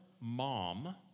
mom